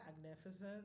magnificent